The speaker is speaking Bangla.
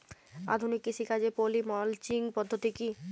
আধুনিক কৃষিকাজে পলি মালচিং পদ্ধতি কি?